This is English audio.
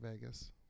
Vegas